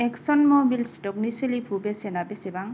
action Mobil स्टकनि सोलिफु बेसेना बेसेबां